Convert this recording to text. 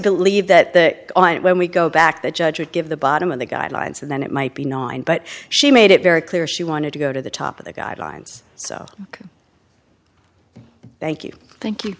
believe that that on when we go back the judge would give the bottom of the guidelines and then it might be nine but she made it very clear she wanted to go to the top of the guidelines so thank you thank you